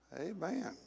amen